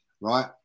Right